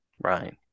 Right